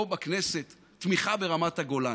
פה בכנסת: תמיכה ברמת הגולן.